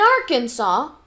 Arkansas